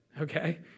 okay